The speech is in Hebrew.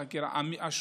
בחקירה,